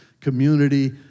community